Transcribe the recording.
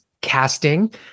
casting